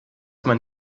man